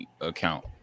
account